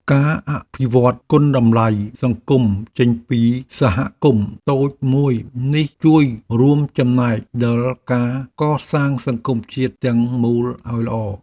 ការអភិវឌ្ឍគុណតម្លៃសង្គមចេញពីសហគមន៍តូចមួយនេះជួយរួមចំណែកដល់ការកសាងសង្គមជាតិទាំងមូលឱ្យល្អ។